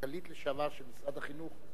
כמנכ"לית לשעבר של משרד החינוך,